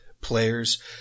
players